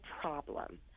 problem